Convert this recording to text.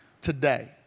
today